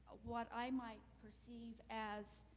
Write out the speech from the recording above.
what i might perceive as